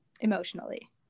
emotionally